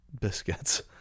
biscuits